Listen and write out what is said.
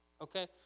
Okay